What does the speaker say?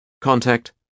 Contact